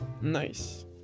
Nice